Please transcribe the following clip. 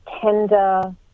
tender